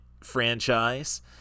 franchise